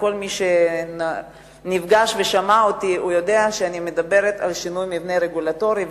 וכל מי שנפגש אתי ושמע אותי יודע שאני מדברת על שינוי המבנה הרגולטורי.